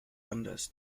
anders